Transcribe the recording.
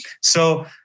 So-